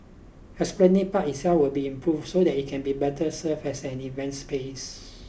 Esplanade Park itself will be improved so that it can better serve as an event space